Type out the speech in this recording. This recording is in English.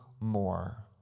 more